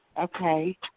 Okay